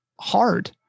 hard